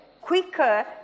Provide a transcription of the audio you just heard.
quicker